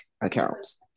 accounts